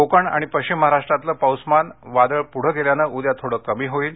कोकण आणि पश्चिम महाराष्ट्रातलं पाऊसमान वादळ पुढे गेल्यानं उद्या थोडं कमी होईल